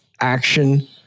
action